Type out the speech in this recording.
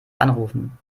anrufen